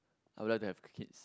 I would like to have kids